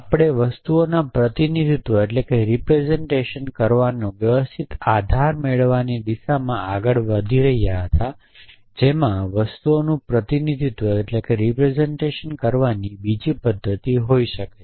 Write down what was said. આપણે વસ્તુઓનું પ્રતિનિધિત્વ કરવાનો વ્યવસ્થિત આધાર મેળવવાની દિશામાં આગળ વધી રહ્યા હતા જેમાં વસ્તુઓનું પ્રતિનિધિત્વ કરવાની બીજી પદ્ધતિ હોઈ શકે છે